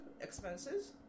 expenses